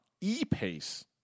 E-Pace